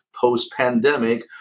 post-pandemic